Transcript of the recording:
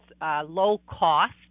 low-cost